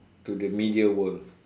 to the media world